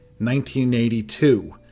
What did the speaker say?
1982